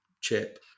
chip